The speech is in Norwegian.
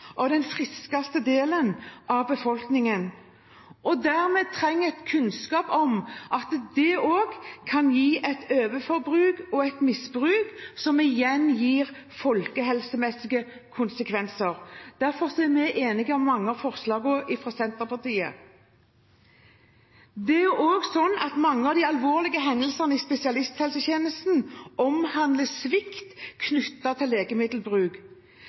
den friskeste delen av befolkningen, som dermed trenger kunnskap om at det også kan gi et overforbruk og et misbruk, noe som igjen får folkehelsemessige konsekvenser. Derfor er vi enig i mange av forslagene fra Senterpartiet. Det er også sånn at mange av de alvorlige hendelsene i spesialisthelsetjenesten omhandler svikt knyttet til legemiddelbruk.